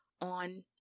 on